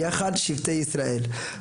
יחד שבטי ישראל.